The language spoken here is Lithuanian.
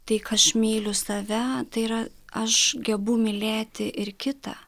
tai kd aš myliu save tai yra aš gebu mylėti ir kitą